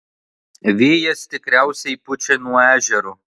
vėjas tikriausiai pučia nuo ežero